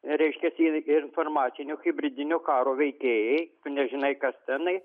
reiškiasi ir informacinio hibridinio karo veikėjai nežinai kas tenai